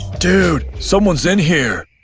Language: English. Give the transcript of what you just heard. dude, someone's in here.